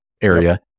area